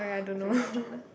I freaking love chocolate